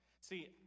See